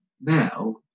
now